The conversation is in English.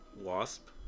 wasp